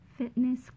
fitness